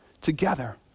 together